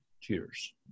Cheers